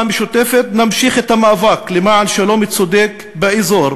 המשותפת נמשיך את המאבק למען שלום צודק באזור,